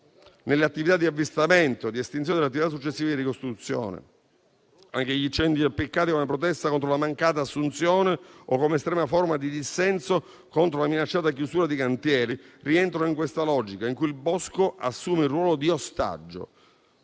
nelle attività di avvistamento, di estinzione e nelle attività successive di ricostituzione. Anche gli incendi appiccati come protesta contro la mancata assunzione o come estrema forma di dissenso contro la minacciata chiusura di cantieri rientrano in questa logica, in cui il bosco assume ruolo di ostaggio.